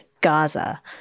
Gaza